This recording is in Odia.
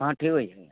ହଁ ଠିକ୍ ଅଛି